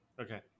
Okay